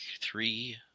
three